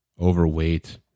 overweight